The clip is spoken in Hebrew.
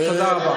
תודה רבה.